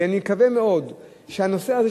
ואני מקווה מאוד שהנושא הזה,